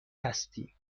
هستیم